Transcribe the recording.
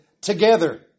together